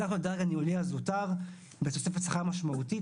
--- לדרג הניהולי הזוטר בתוספת שכר משמעותית